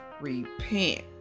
repent